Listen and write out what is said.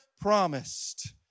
promised